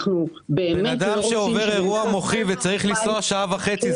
אדם שעובר אירוע מוחי וצריך לנסוע שעה וחצי,